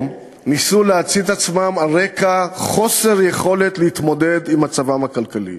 ניסו להצית את עצמם על רקע חוסר יכולת להתמודד עם מצבם הכלכלי.